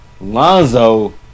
Lonzo